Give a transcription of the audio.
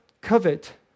covet